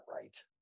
right